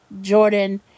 Jordan